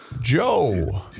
Joe